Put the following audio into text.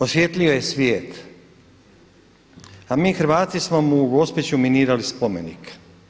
Osvijetlio je svijet, a mi Hrvati smo mu u Gospiću minirali spomenik.